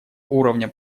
уровня